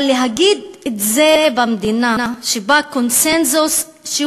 אבל להגיד את זה במדינה שבה קונסנזוס שהוא